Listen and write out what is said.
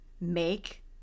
make –